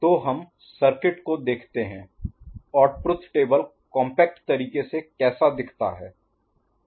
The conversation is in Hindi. तो हम सर्किट को देखते हैं और ट्रुथ टेबल कॉम्पैक्ट तरीके से कैसा दिखता है